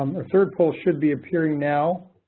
um the third poll should be appearing now